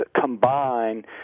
combine